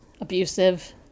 abusive